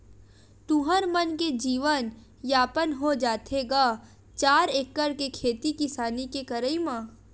तुँहर मन के जीवन यापन हो जाथे गा चार एकड़ के खेती किसानी के करई म?